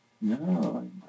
No